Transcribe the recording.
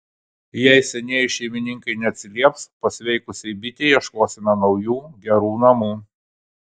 jei senieji šeimininkai neatsilieps pasveikusiai bitei ieškosime naujų gerų namų